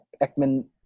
Ekman